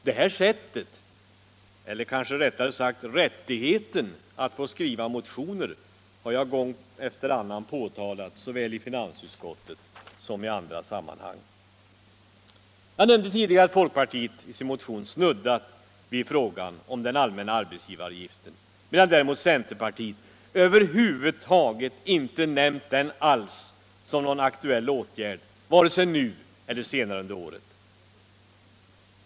Det här sättet, eller kanske rättare sagt rättigheten, att skriva motioner har jag gång efter annan påtalat såväl i finansutskottet som i andra sammanhang. Jag nämnde tidigare att folkpartiet i sin motion har snuddat vid frågan om den allmänna arbetsgivaravgiften, medan däremot centerpartiet över huvud taget inte har nämnt den alls som någon aktuell åtgärd vare sig nu eller senare under året.